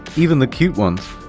even the cute ones.